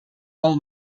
all